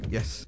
Yes